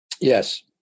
Yes